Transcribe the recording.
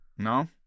No